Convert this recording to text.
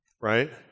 Right